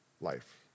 life